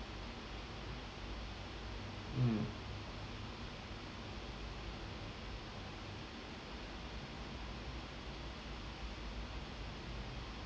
mm